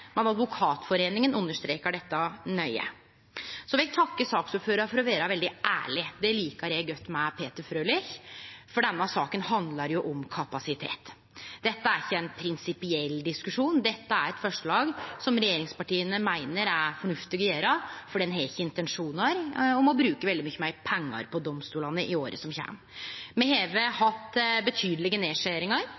men Advokatforeningen understrekar dette nøye. Eg vil takke saksordføraren for å vere veldig ærleg. Det likar eg godt med Peter Frølich. Denne saka handlar om kapasitet. Dette er ikkje ein prinsipiell diskusjon. Dette er eit forslag som regjeringspartia meiner er fornuftig å gjennomføre, fordi ein har ikkje intensjonar om å bruke veldig mykje meir pengar på domstolane i året som kjem. Me har